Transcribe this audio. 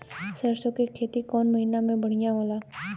सरसों के खेती कौन महीना में बढ़िया होला?